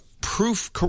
proof